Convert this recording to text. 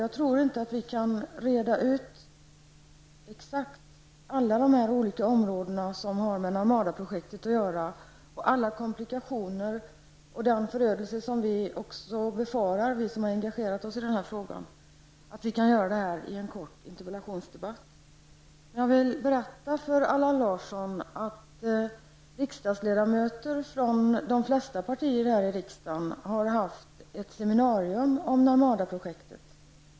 Jag tror inte att vi här i en kort interpellationsdebatt exakt kan reda ut allt detta som har med Narmadaprojektet att göra, alla komplikationer och den förödelse som vi också befarar, vi som har engagerat oss i den här frågan. Jag vill berätta för Allan Larsson att riksdagsledamöter från de flesta partier helt nyligen här i riksdagshuset har haft ett seminarium om Narmada-projektet.